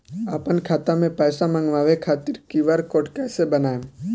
आपन खाता मे पैसा मँगबावे खातिर क्यू.आर कोड कैसे बनाएम?